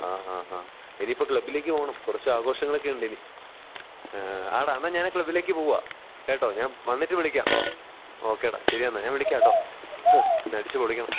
ആ ഹ ഹ ഇനിയിപ്പം ക്ലബ്ബിലേക്ക് പോകണം കുറച്ച് ആഘോഷങ്ങളൊക്കെയുണ്ട് ഇനി അതെടാ എന്നാല് ഞാന് ക്ലബ്ബിലേക്ക് പോകുകയാണ് കേട്ടോ ഞാന് വന്നിട്ട് വിളിക്കാം ഓക്കേ ഡാ ശരിയെന്നാല് ഞാന് വിളിക്കാം കേട്ടോ ഇന്നടിച്ചുപൊളിക്കണം